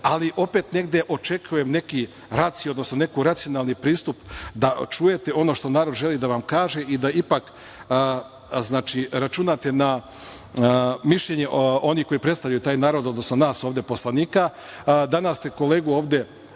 ali opet negde očekujem neki racio, neki racionalni pristup, da čujete ono što narod želi da vam kaže i da ipak računate na mišljenje onih koji predstavljaju taj narod, odnosno nas ovde poslanike. Danas ste kolegu ovde